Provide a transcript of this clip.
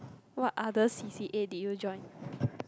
what other C_C_A did you join